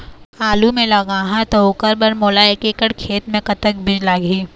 आलू मे लगाहा त ओकर बर मोला एक एकड़ खेत मे कतक बीज लाग ही?